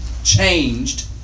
Changed